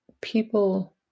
people